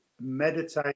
meditate